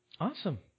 Awesome